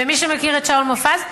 ומי שמכיר את שאול מופז,